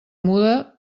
muda